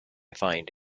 find